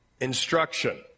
instruction